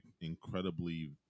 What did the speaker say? incredibly